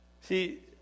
See